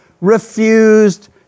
refused